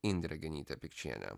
indrė genytė pikčienė